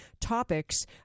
topics